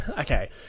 okay